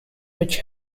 which